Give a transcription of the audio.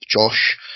Josh